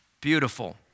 Beautiful